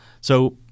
So-